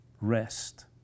rest